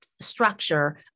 structure